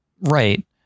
Right